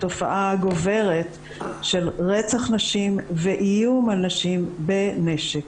תופעה גוברת של רצח נשים ואיום על נשים בנשק,